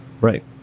Right